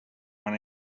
when